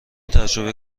تجربه